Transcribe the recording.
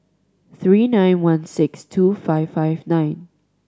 three nine one six two five five nine